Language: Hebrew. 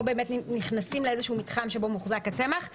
או באמת נכנסים לאיזשהו מתחם שבו מוחזק הצמח.